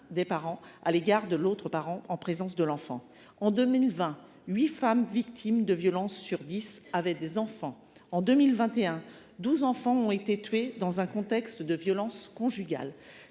des parents à l’égard de l’autre parent en présence de l’enfant. En 2020, huit femmes victimes de violences sur dix avaient des enfants. En 2021, douze enfants ont été tués dans un contexte de violences conjugales